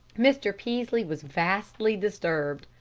mr. peaslee was vastly disturbed.